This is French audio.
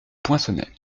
poinçonnet